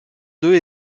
deux